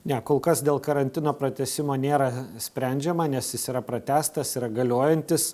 ne kol kas dėl karantino pratęsimo nėra sprendžiama nes jis yra pratęstas yra galiojantis